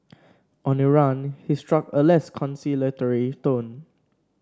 on Iran he struck a less conciliatory tone